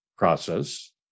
process